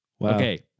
Okay